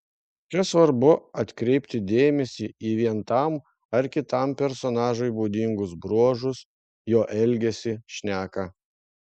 čia svarbu atkreipti dėmesį į vien tam ar kitam personažui būdingus bruožus jo elgesį šneką